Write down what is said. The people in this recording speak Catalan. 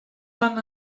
fan